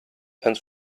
and